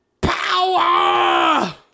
power